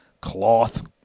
cloth